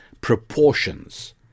proportions